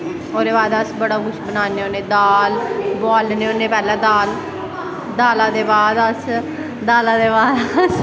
ओह्दे बाद अस बड़ा कुछ बनान्ने होन्ने दाल बोआलने होन्ने पैह्लैं दाल दाला दे बाद अस